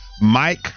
Mike